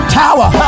tower